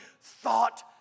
thought